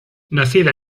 nacida